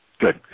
Good